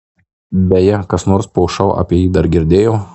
beje kas nors po šou apie jį dar girdėjo